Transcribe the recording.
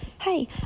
hey